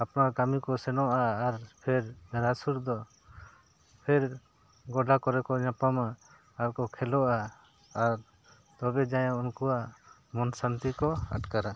ᱟᱯᱱᱟᱨ ᱠᱟᱹᱢᱤ ᱠᱚ ᱥᱮᱱᱚᱜᱼᱟ ᱟᱨ ᱯᱷᱮᱨ ᱵᱮᱨ ᱦᱟᱥᱩᱨ ᱫᱚ ᱯᱷᱮᱨ ᱜᱚᱰᱟ ᱠᱚᱨᱮ ᱠᱚ ᱧᱟᱯᱟᱢᱟ ᱟᱨ ᱠᱚ ᱠᱷᱮᱞᱳᱜᱼᱟ ᱟᱨ ᱛᱚᱵᱮ ᱡᱟᱸᱭᱮ ᱩᱱᱠᱩᱣᱟᱜ ᱢᱚᱱ ᱥᱟᱱᱛᱤ ᱠᱚ ᱟᱴᱠᱟᱨᱟ